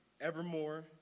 evermore